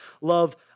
love